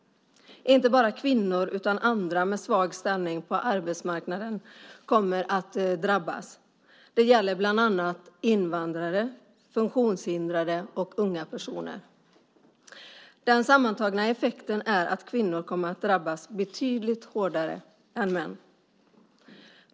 Inte bara kvinnor utan även andra med svag ställning på arbetsmarknaden kommer att drabbas. Det gäller bland annat invandrare, funktionshindrade och unga personer. Den sammantagna effekten är att kvinnor kommer att drabbas betydligt hårdare än män.